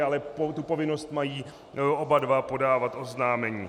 Ale povinnost mají oba dva podávat oznámení.